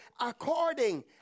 according